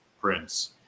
prince